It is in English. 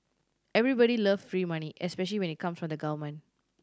everybody love free money especially when it come from the government